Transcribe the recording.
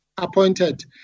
appointed